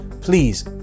Please